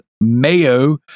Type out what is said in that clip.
Mayo